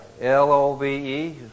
l-o-v-e